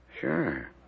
Sure